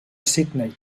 sydney